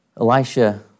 Elisha